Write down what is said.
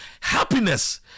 Happiness